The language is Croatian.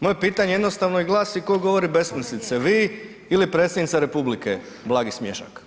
Moje pitanje je jednostavno i glasi tko govori besmislice vi ili predsjednica Republike, blagi smješak?